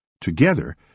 Together